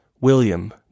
William